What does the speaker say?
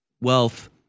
wealth